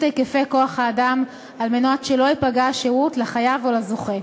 היקפי כוח-האדם על מנת שלא ייפגע השירות לחייב או לזוכה.